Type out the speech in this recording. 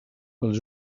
els